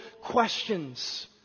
questions